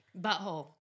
Butthole